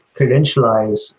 credentialize